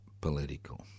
political